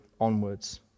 onwards